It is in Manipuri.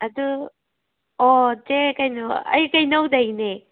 ꯑꯗꯨ ꯑꯣ ꯆꯦ ꯀꯩꯅꯣ ꯑꯩ ꯀꯩꯅꯧꯗꯩꯅꯦ